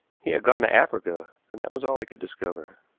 he had gone to africa, and that was all i could discover.